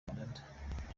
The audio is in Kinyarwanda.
canada